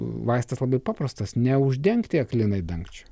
vaistas labai paprastas neuždengti aklinai dangčiu